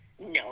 no